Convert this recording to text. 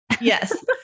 Yes